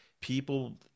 people